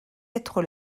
être